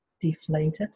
deflated